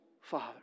Father